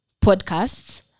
podcasts